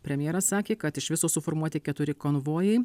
premjeras sakė kad iš viso suformuoti keturi konvojai